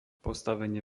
postavenie